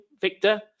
Victor